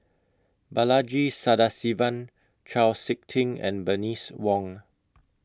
Balaji Sadasivan Chau Sik Ting and Bernice Wong